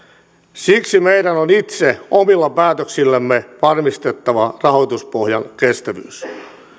siksi meidän on itse omilla päätöksillämme varmistettava rahoituspohjan kestävyys sen